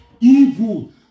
Evil